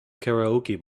karaoke